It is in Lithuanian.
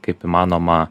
kaip įmanoma